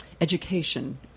education